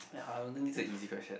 ya I don't think it's a easy question